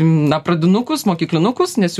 na pradinukus mokyklinukus nes